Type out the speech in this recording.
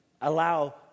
allow